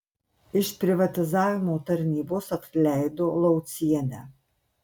iš privatizavimo tarnybos atleido laucienę